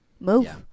move